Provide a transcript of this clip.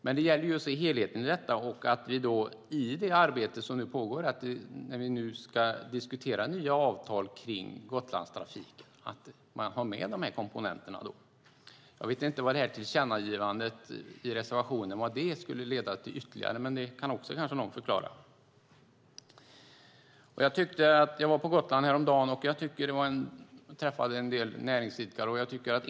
Men det gäller att se helheten i detta och att vi tar med de här komponenterna när vi ska diskutera nya avtal om Gotlandstrafiken. Jag vet inte vad tillkännagivandet i reservationen skulle leda till ytterligare, men det kanske också någon kan förklara. Jag var på Gotland häromdagen och träffade en del näringsidkare.